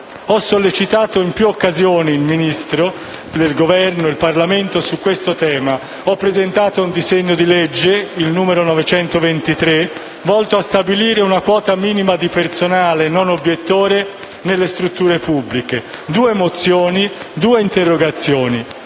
Ho sollecitato in più occasioni il Ministro, il Governo in generale e il Parlamento su questo tema; ho presentato il disegno di legge n. 923, volto a stabilire una quota minima di personale non obiettore nelle strutture pubbliche; due mozioni, due interrogazioni.